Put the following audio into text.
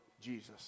Jesus